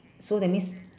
so that means